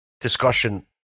discussion